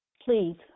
please